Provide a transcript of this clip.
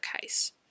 case